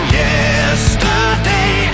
yesterday